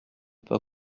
pas